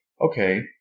okay